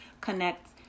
connect